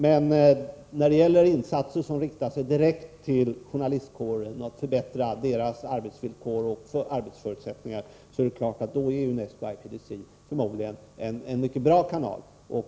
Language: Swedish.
Men när det gäller insatser som riktar sig direkt till journalistkåren för att förbättra deras arbetsvillkor är förmodligen UNESCO och IPDC en mycket bra kanal.